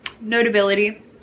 notability